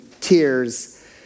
tears